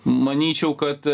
manyčiau kad